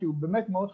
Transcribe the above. כי הוא באמת מאוד חשוב.